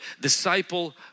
disciple